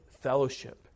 fellowship